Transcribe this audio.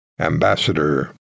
Ambassador